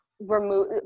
remove